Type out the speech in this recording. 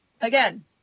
Again